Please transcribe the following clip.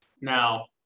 Now